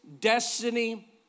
destiny